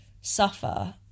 suffer